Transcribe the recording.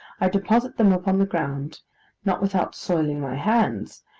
i deposit them upon the ground not without soiling my hands,